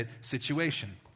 situation